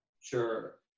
sure